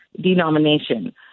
Denomination